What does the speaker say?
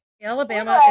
Alabama